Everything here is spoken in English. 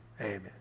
amen